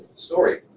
story.